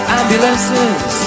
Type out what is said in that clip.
ambulances